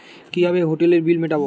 কিভাবে হোটেলের বিল মিটাব?